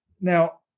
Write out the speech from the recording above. Now